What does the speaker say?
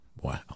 Wow